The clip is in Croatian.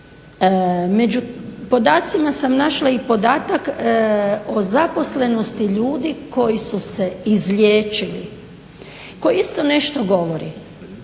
Među podacima sam našla i podatak o zaposlenosti ljudi koji su se izliječili. To isto nešto govori.